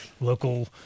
local